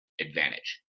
advantage